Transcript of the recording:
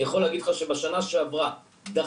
אני יכול להגיד לך שבשנה שעברה דחינו